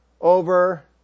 over